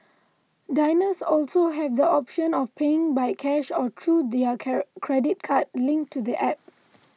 diners also have the option of paying by cash or through their care credit card linked to the App